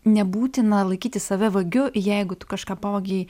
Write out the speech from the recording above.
nebūtina laikyti save vagiu jeigu tu kažką pavogei